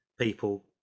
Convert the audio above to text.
people